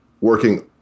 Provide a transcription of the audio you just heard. working